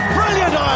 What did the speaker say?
brilliant